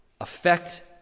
affect